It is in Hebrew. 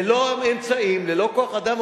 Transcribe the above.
ללא אמצעים וללא כוח-אדם.